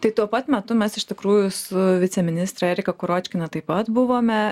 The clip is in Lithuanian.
tai tuo pat metu mes iš tikrųjų su viceministre erika kuročkina taip pat buvome